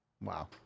Wow